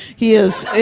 he is.